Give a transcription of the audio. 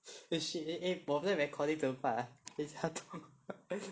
eh shit shit shit 我们的 recording 怎么办啊等一下